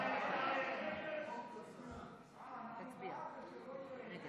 ההצעה להעביר לוועדה את